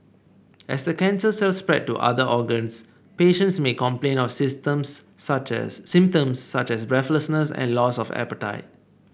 as the cancer cells spread to other organs patients may complain of symptoms such as such as breathlessness and loss of appetite